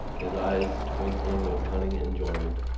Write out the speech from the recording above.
his eyes, twinkling with cunning enjoyment,